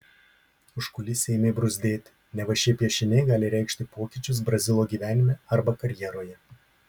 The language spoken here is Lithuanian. užkulisiai ėmė bruzdėti neva šie piešiniai gali reikšti pokyčius brazilo gyvenime arba karjeroje